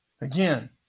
Again